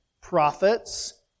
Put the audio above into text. prophets